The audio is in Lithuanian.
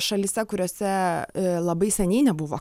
šalyse kuriose labai seniai nebuvo